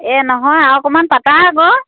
এ নহয় আৰু অকণমান পাতা আকৌ